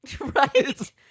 Right